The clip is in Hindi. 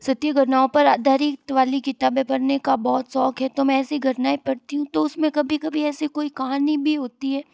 सत्य घटनाओं पर आधारित वाली किताबें पढ़ने का बहुत शौक़ है तुम ऐसी घटनाएँ पढ़ती हूँ तो उसमें कभी कभी ऐसी कोई कहानी भी होती है